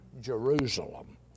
Jerusalem